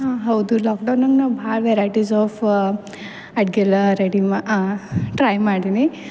ಹಾಂ ಹೌದು ಲಾಕ್ಡೌನ್ನಾಗ ನಾವು ಭಾಳ ವೆರೈಟೀಸ್ ಆಫ್ ಅಡ್ಗೆಲ್ಲಾ ರೆಡಿ ಮಾ ಟ್ರೈ ಮಾಡೀನಿ